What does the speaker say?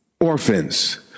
orphans